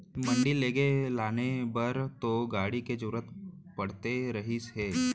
मंडी लेगे लाने बर तो गाड़ी के जरुरत पड़ते रहिस हे